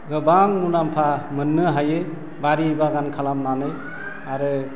गोबां मुलाम्फा मोननो हायो बारि बागान खालामनानै आरो